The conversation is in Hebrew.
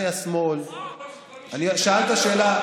שאלת שאלה,